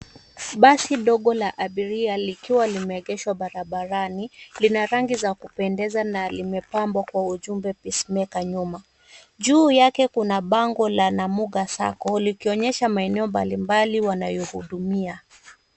Basi dogo la abiria likiwa limeegeshwa barabarani, lina rangi la kupendeza na limepambwa ujumbe Pace maker nyuma. Juu yake kuna bango la Namuga sacco likionyesha maeneo mbalimbali wanayo hudumia.